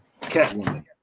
Catwoman